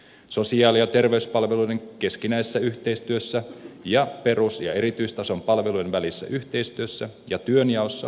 sosiaali ja terveyspalveluiden keskinäisessä yhteistyössä ja perus ja erityistason palveluiden välisessä yhteistyössä ja työnjaossa on parannettavaa